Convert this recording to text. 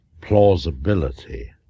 Plausibility